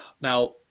Now